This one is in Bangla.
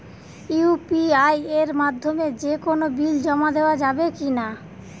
ইউ.পি.আই এর মাধ্যমে যে কোনো বিল জমা দেওয়া যাবে কি না?